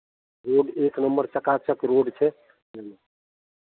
road एक number चकाचक road छै बुझलियै